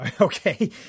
Okay